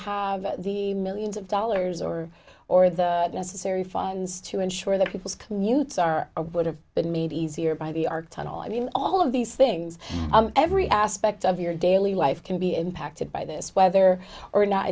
have the millions of dollars or or the necessary funds to ensure that people's commutes are would have been made easier by the arc tunnel i mean all of these things every aspect of your daily life can be impacted by this whether or not